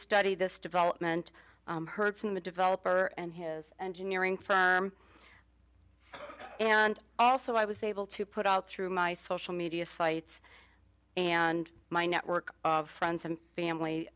study this development heard from the developer and his engineering firm and also i was able to put out through my social media sites and my network of friends and family